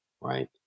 right